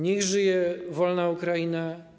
Niech żyje wolna Ukraina!